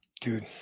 Dude